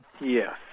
Yes